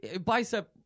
bicep